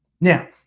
Now